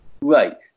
Right